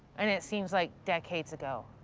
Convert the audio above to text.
and it seems like decades ago.